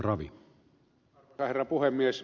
arvoisa herra puhemies